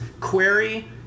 query